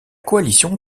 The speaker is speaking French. coalition